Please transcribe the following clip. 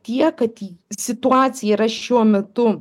tiek kad situacija yra šiuo metu